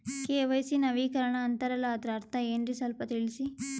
KYC ನವೀಕರಣ ಅಂತಾರಲ್ಲ ಅದರ ಅರ್ಥ ಏನ್ರಿ ಸ್ವಲ್ಪ ತಿಳಸಿ?